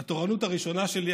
לתורנות הראשונה שלי,